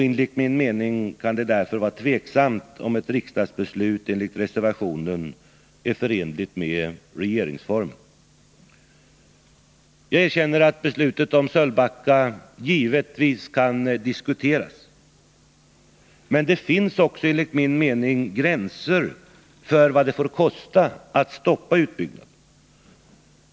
Enligt min mening kan det därför vara tveksamt om ett riksdagsbeslut enligt reservationen är förenligt med regeringsformen. Jag erkänner att beslutet om Sölvbacka givetvis kan diskuteras, men det finns också enligt min mening gränser för vad det får kosta att stoppa utbyggnaden.